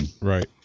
Right